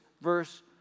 verse